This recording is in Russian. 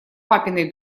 папиной